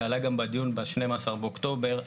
זה עלה גם בדיון ב-12 באוקטובר,